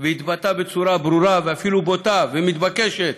והתבטא בצורה ברורה, ואפילו בוטה ומתבקשת,